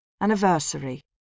anniversary